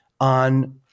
on –